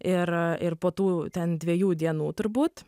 ir ir po tų ten dviejų dienų turbūt